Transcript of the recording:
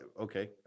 okay